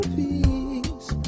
peace